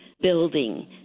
building